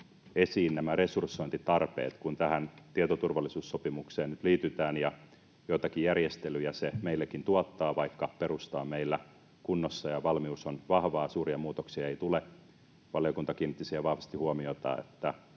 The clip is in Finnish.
esiin nämä resursointitarpeet, kun tähän tietoturvallisuussopimukseen nyt liitytään. Joitakin järjestelyjä se meilläkin tuottaa, vaikka perusta on meillä kunnossa ja valmius on vahvaa — suuria muutoksia ei tule. Valiokunta kiinnitti siihen vahvasti huomiota, että